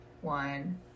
one